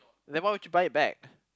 then why would you buy it back